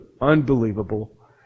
unbelievable